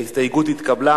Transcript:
ההסתייגות התקבלה.